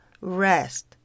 rest